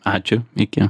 ačiū iki